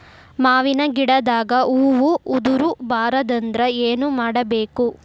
ಮಾವಿನ ಗಿಡದಾಗ ಹೂವು ಉದುರು ಬಾರದಂದ್ರ ಏನು ಮಾಡಬೇಕು?